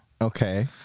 okay